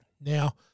Now